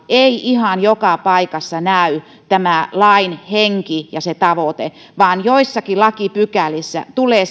ei ihan joka paikassa näy tämä lain henki ja se tavoite vaan joissakin lakipykälissä tulee